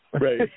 Right